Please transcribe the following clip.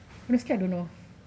honestly I don't know